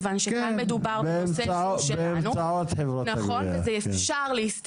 הפצנו נוסח שיש כאלה ששלחו עליו הסתייגויות,